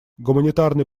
гуманитарный